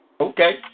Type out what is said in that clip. Okay